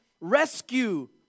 rescue